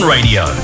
Radio